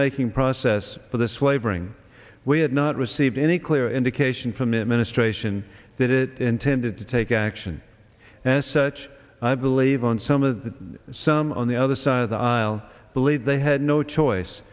rulemaking process for this wavering we had not received any clear indication from ministration that it intended to take action as such i believe and some of the some on the other side of the aisle believe they had no choice